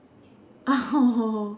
oh